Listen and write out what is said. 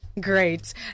Great